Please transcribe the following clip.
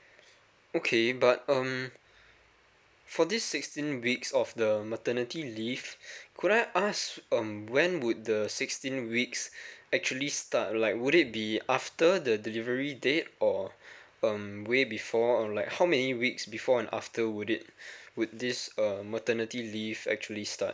okay but um for this sixteen weeks of the maternity leave could I ask um when would the sixteen weeks actually start like would it be after the delivery date or um way before or like how many weeks before and after would it would this um maternity leave actually start